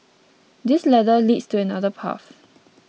this ladder leads to another path